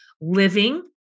living